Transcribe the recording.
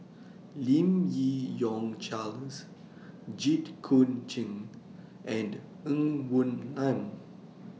Lim Yi Yong Charles Jit Koon Ch'ng and Ng Woon Lam